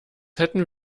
hätten